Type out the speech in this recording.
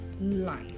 life